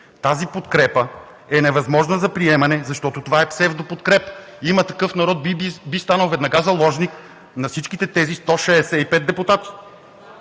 Тази подкрепа е невъзможна за приемане, защото това е псевдоподкрепа и „Има такъв народ“ би станал веднага заложник на всичките тези 165 депутати.